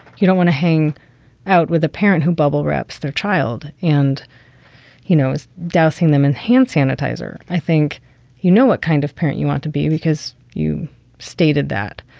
you don't want to hang out with a parent who bubble wraps their child and he knows dousing them in hand sanitizer. i think you know what kind of parent you want to be because you stated that.